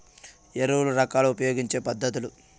ఎరువుల రకాలు ఉపయోగించే పద్ధతులు?